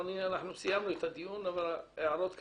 אנחנו סיימנו את הדיון אבל הערות כלליות.